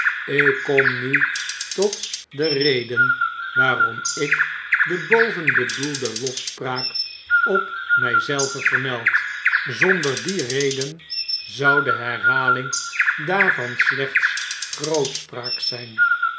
ik kom nu tot de reden waarom ik de bovenbedoelde lofspraak op my zelven vermeld zonder die reden zou de herhaling daarvan slechts grootspraak zyn